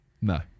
No